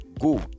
Go